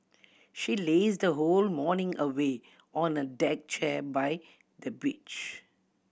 she lazed whole morning away on a deck chair by the beach